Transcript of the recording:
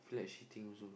I feel like shitting also